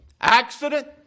Accident